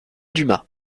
dumas